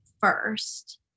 first